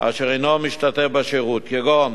אשר אינו משתתף בשירות, כגון